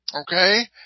okay